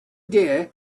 deer